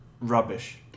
Rubbish